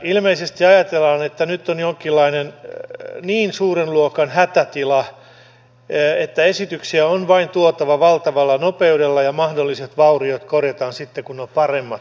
ilmeisesti ajatellaan että nyt on jonkinlainen niin suuren luokan hätätila että esityksiä on vain tuotava valtavalla nopeudella ja mahdolliset vauriot korjataan sitten kun on paremmat ajat